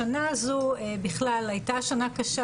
השנה הזו בכלל הייתה שנה קשה,